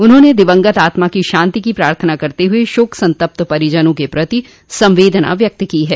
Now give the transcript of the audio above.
उन्होंने दिवंगत आत्मा की शांति की प्रार्थना करते हुए शोक संतप्त परिजनों के प्रति संवेदना व्यक्त की है